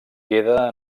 queda